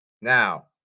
Now